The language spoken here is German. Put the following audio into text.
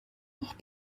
auch